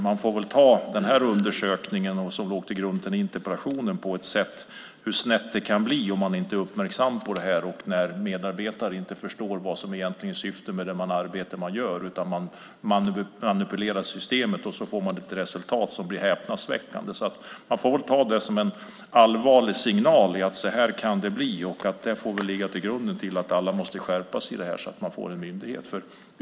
Man får väl se på den undersökning som låg till grund för interpellationen som en illustration av hur snett det kan bli om man inte är uppmärksam på detta och när medarbetare inte förstår vad som egentligen är syftet med det arbete man gör. Man manipulerar systemet, och så får man ett resultat som blir häpnadsväckande. Vi får ta detta som en allvarlig signal om hur det kan bli. Det får väl ligga till grund för att alla måste skärpa sig, så att man får en myndighet.